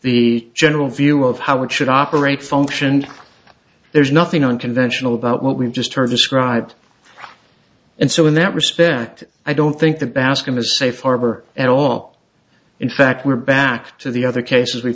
the general view of how it should operate functioned there's nothing unconventional about what we've just heard described and so in that respect i don't think the bascom a safe harbor at all in fact we're back to the other cases we've